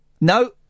No